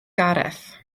gareth